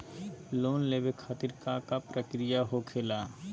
Loan लेवे खातिर का का प्रक्रिया होखेला?